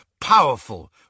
powerful